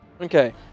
Okay